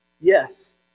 Yes